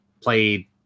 played